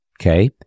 Okay